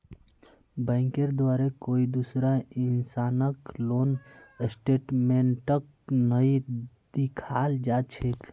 बैंकेर द्वारे कोई दूसरा इंसानक लोन स्टेटमेन्टक नइ दिखाल जा छेक